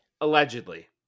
allegedly